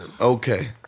Okay